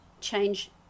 change